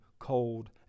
cold